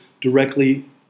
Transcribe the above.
directly